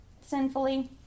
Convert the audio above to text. sinfully